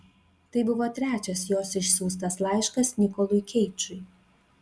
tai buvo trečias jos išsiųstas laiškas nikolui keidžui